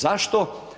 Zašto?